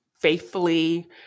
Faithfully